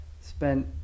spent